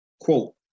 quote